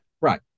Right